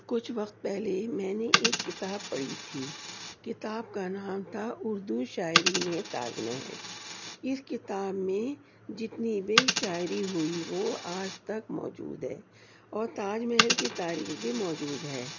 کچھ وقت پہلے ہی میں نے ایک کتاب پڑھی تھی کتاب کا نام تھا اردو شاعری میں تاج محل اس کتاب میں جتنی بھی شاعری ہوئی وہ آج تک موجود ہے اور تاج محل کی تاریخ بھی موجود ہے